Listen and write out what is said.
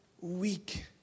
weak